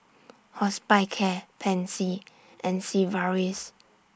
Hospicare Pansy and Sigvaris